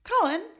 Colin